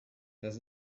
dies